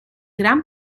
gran